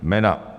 Jména...